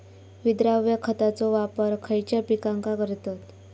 विद्राव्य खताचो वापर खयच्या पिकांका करतत?